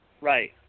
Right